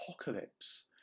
apocalypse